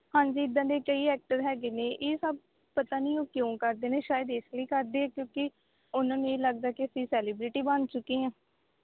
ਹਾਂਜੀ ਇੱਦਾਂ ਦੇ ਕਈ ਐਕਟਰ ਹੈਗੇ ਨੇ ਇਹ ਸਭ ਪਤਾ ਨਹੀਂ ਉਹ ਕਿਉਂ ਕਰਦੇ ਨੇ ਸ਼ਾਇਦ ਇਸ ਲਈ ਕਰਦੇ ਕਿਉਂਕਿ ਉਨ੍ਹਾਂ ਨੂੰ ਇਹ ਲੱਗਦਾ ਕਿ ਅਸੀਂ ਸੈਲੀਬ੍ਰਿਟੀ ਬਣ ਚੁੱਕੇ ਹਾਂ